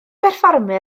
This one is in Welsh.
berfformio